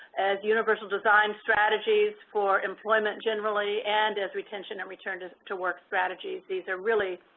as universal design strategies for employment, generally, and as retention and return to to work strategies, these are really,